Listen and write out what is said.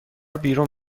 بیرون